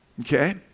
Okay